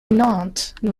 nantes